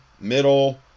middle